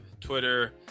Twitter